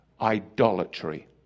idolatry